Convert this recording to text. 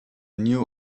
new